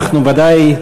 אנחנו בוודאי,